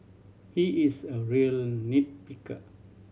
he is a real nit picker